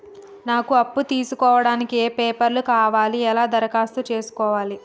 నాకు అప్పు తీసుకోవడానికి ఏ పేపర్లు కావాలి ఎలా దరఖాస్తు చేసుకోవాలి?